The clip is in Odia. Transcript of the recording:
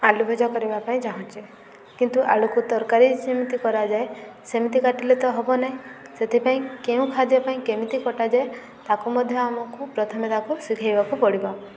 ଆଳୁ ଭଜା କରିବା ପାଇଁ ଚାହୁଁଛି କିନ୍ତୁ ଆଳୁକୁ ତରକାରୀ ଯେମିତି କରାଯାଏ ସେମିତି କାଟିଲେ ତ ହେବ ନାହିଁ ସେଥିପାଇଁ କେଉଁ ଖାଦ୍ୟ ପାଇଁ କେମିତି କଟାଯାଏ ତାକୁ ମଧ୍ୟ ଆମକୁ ପ୍ରଥମେ ତାକୁ ଶିଖେଇବାକୁ ପଡ଼ିବ